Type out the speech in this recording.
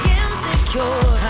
insecure